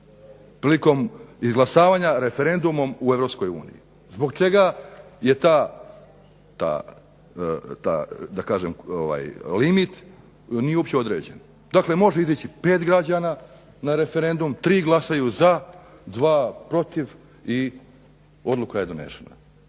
prilikom izglasavanja referendumom o EU? Zbog čega je ta da kažem limit nije uopće određen? Dakle, može izići 5 građana na referendum. Tri glasaju za, dva protiv i odluka je donešena.